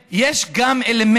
לשים את האצבע ולומר: כן,